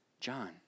John